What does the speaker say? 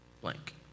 blank